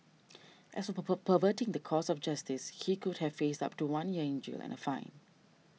as for perverting the course of justice he could have faced up to one year in jail and a fine